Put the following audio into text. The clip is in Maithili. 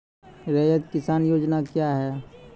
रैयत किसान योजना क्या हैं?